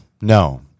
No